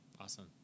Awesome